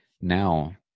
now